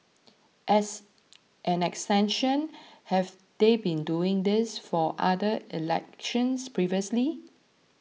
as an extension have they been doing this for other elections previously